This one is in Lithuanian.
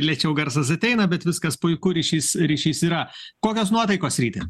lėčiau garsas ateina bet viskas puiku ryšys ryšys yra kokios nuotaikos ryti